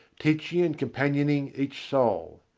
teaching and companioning each soul.